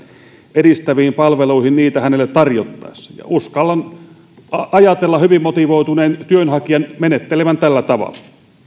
edistäviin palveluihin niitä hänelle tarjottaessa uskallan ajatella hyvin motivoituneen työnhakijan menettelevän tällä tavalla